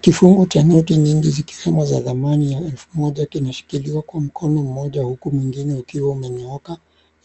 Kifungo cha noti nyingi zikiwemo za thamani ya elfu moja kinashikiliwa kwa mkono mmoja huku mwingine ukiwa umenyooka